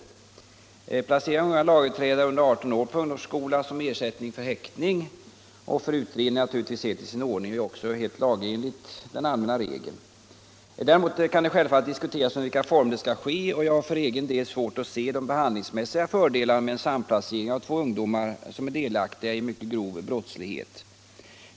Att placera unga lagöverträdare under 18 år på ungdomsvårdsskola som ersättning för häktning och för utredning är naturligtvis helt i sin ordning, och det är också — helt lagenligt — den allmänna regeln. Däremot kan det självfallet diskuteras under vilka former detta skall ske. Jag har svårt att se de behandlingsmässiga fördelarna med en sam placering av två ungdomar som är delaktiga i mycket grov brottslighet.